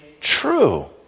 true